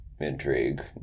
Intrigue